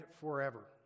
forever